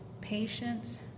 patience